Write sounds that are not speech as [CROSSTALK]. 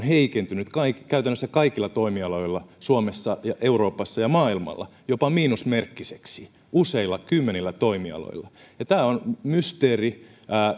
[UNINTELLIGIBLE] heikentynyt käytännössä kaikilla toimialoilla suomessa euroopassa ja maailmalla jopa miinusmerkkiseksi useilla kymmenillä toimialoilla tämä on mysteeri